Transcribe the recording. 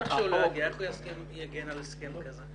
ברור שהוא לא יגיע, איך הוא יגן על הסכם כזה?